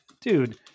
dude